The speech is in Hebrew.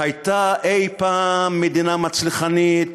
שהייתה פעם מדינה מצליחנית,